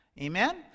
Amen